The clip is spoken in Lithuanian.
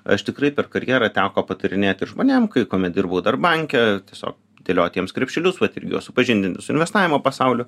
aš tikrai per karjerą teko patarinėti žmonėm kai kuomet dirbau dar banke tiesiog dėlioti jiems krepšelius vat ir juos supažindinti su investavimo pasauliu